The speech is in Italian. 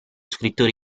scrittore